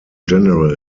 general